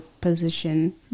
position